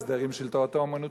הסדרים של תורתו-אומנותו.